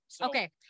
Okay